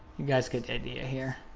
you guys get the idea here.